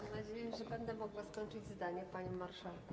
Mam nadzieję, że będę mogła skończyć zdanie, panie marszałku.